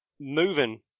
moving